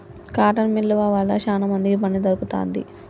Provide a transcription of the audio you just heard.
cotton మిల్లువ వల్ల శానా మందికి పని దొరుకుతాంది